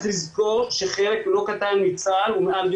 צריך לזכור שחלק לא קטן בצה"ל הוא מעל גיל